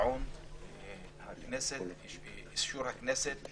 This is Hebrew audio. טעון אישור הכנסת,